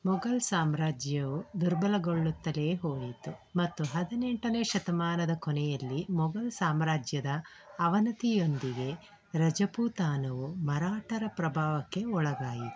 ಮೊಘಲ್ ಸಾಮ್ರಾಜ್ಯವು ದುರ್ಬಲಗೊಳ್ಳುತ್ತಲೇ ಹೋಯಿತು ಮತ್ತು ಹದಿನೆಂಟನೇ ಶತಮಾನದ ಕೊನೆಯಲ್ಲಿ ಮೊಘಲ್ ಸಾಮ್ರಾಜ್ಯದ ಅವನತಿಯೊಂದಿಗೆ ರಜಪೂತಾನವು ಮರಾಠರ ಪ್ರಭಾವಕ್ಕೆ ಒಳಗಾಯಿತು